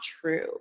true